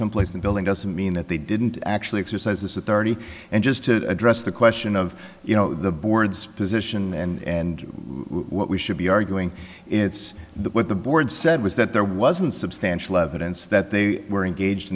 someplace in the building doesn't mean that they didn't actually exercise this authority and just to address the question of you know the board's position and what we should be arguing it's that what the board said was that there wasn't substantial evidence that they were engaged